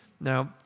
Now